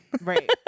Right